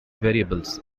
variables